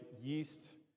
yeast